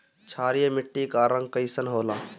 क्षारीय मीट्टी क रंग कइसन होला?